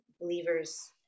believers